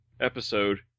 episode